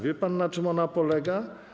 Wie pan, na czym ona polega?